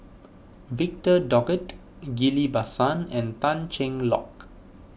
Victor Doggett Ghillie Basan and Tan Cheng Lock